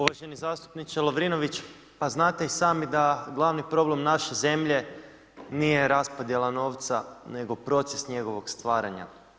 Uvaženi zastupniče Lovrinović pa znate i sami da glavni problem naše zemlje nije raspodjela novca, nego proces njegova stvaranja.